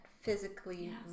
physically